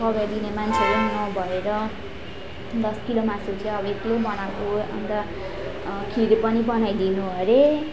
सघाइ दिने मान्छेहरू पनि नभएर दस किलो मासु चाहिँ अब एक्लै बनाएको अन्त खिर पनि बनाइदिनु अरे